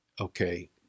okay